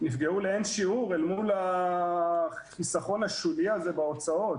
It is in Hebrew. נפגעו לאין שיעור אל מול החיסכון השולי הזה בהוצאות